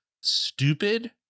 stupid